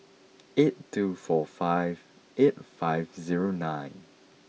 eight two four five eight five zero nine